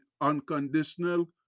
unconditional